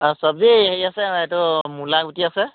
চবজি হেৰি আছে এইটো মূলা গুটি আছে